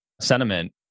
sentiment